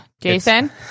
Jason